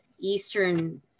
Eastern